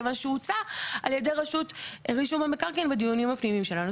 כיוון שהוא הוצע על רשות רישום המקרקעין בדיונים הפנימיים שלנו.